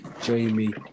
Jamie